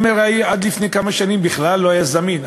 עד לפני כמה שנים מכשיר ה-MRI בכלל לא היה זמין,